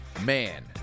Man